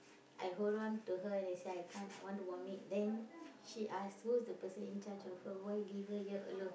I hold on to her then I say I can't I want to vomit then she ask who's the person in charge of her why leave her here alone